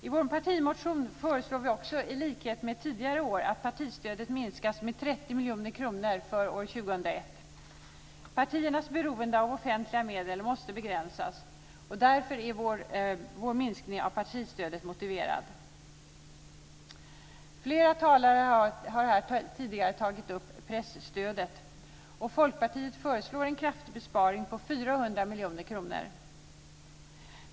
I vår partimotion föreslår vi också i likhet med tidigare år att partistödet minskas med 30 miljoner kronor för år 2001. Partiernas beroende av offentliga medel måste begränsas. Därför är vår minskning av partistödet motiverad. Flera talare har här tidigare tagit upp presstödet. Och Folkpartiet föreslår en kraftig besparing på 400 miljoner kronor.